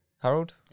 Harold